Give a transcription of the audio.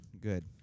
good